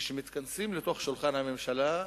כשמתכנסים לתוך שולחן הממשלה,